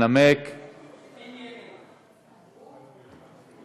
כי הונחה היום על שולחן